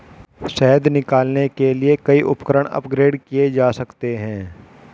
शहद निकालने के लिए कई उपकरण अपग्रेड किए जा सकते हैं